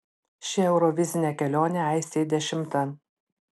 ši eurovizinė kelionė aistei dešimta